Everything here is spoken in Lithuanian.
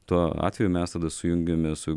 tuo atveju mes tada sujungiami su